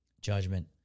judgment